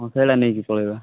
ହଁ ସେଇଟା ନେଇକି ପଳାଇବା